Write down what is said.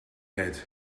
head